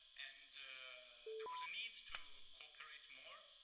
and there was a need to cooperate more,